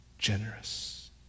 generous